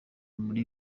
muri